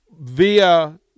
via